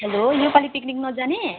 hello यो पालि picnic नजाने